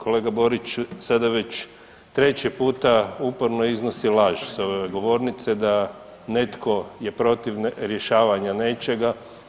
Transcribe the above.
Kolega Borić sada već treći puta uporno iznosi laž s ove govornice da netko je protiv rješavanja nečega.